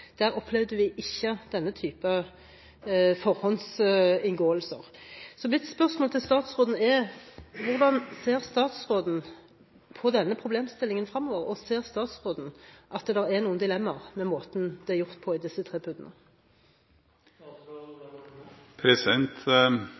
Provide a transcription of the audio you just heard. Der opplevde vi ikke denne typen forhåndsinngåelser. Mitt spørsmål til statsråden er: Hvordan ser statsråden på denne problemstillingen fremover? Ser statsråden at der er noen dilemmaer med måten det er gjort på i disse tre